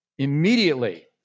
Immediately